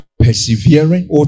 persevering